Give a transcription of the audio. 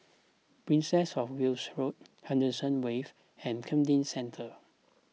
Princess of Wales Road Henderson Wave and Camden Centre